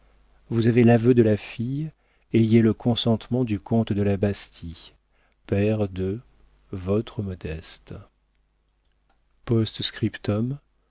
vous avez l'aveu de la fille ayez le consentement du comte de la bastie père de votre modeste p s